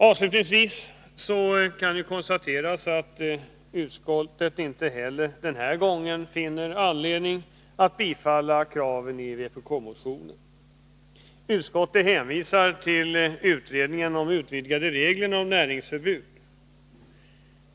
Avslutningsvis kan det konstateras att utskottet inte heller den här gången finner anledning att tillstyrka kraven i vpk-motionen. Utskottet hänvisar till utredningen om utvidgade regler för näringsförbud.